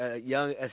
young